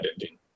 ending